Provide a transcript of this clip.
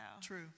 True